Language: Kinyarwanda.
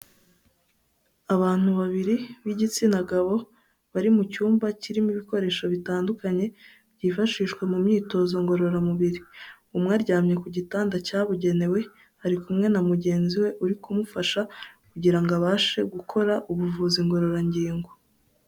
Abantu babiri b'igitsina gabo bari mu cyumba kirimo ibikoresho bitandukanye byifashishwa mu myitozo ngororamubiri, umwe aryamye ku gitanda cyabugenewe ari kumwe na mugenzi we uri kumufasha kugira ngo abashe gukora ubuvuzi ngororangingo.